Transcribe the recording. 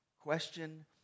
Question